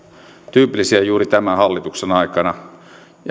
tyypillisiä juuri tämän hallituksen aikana